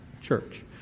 church